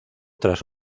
tras